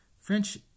French